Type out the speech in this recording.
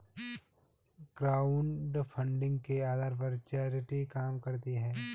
crowdfunding के आधार पर चैरिटी काम करती है